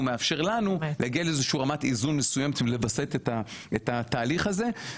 מאפשר לנו להגיע לאיזושהי רמת איזון מסוימת לווסת את התהלך הזה,